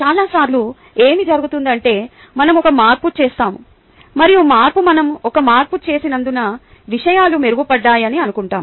చాలా సార్లు ఏమి జరుగుతుందంటే మనం ఒక మార్పు చేసాము మరియు మనం ఒక మార్పు చేసినందున విషయాలు మెరుగుపడ్డాయని అనుకుంటాము